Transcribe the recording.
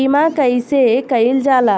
बीमा कइसे कइल जाला?